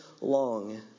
long